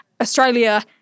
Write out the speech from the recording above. Australia